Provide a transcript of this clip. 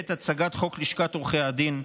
בעת הצגת חוק לשכת עורכי הדין,